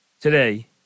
today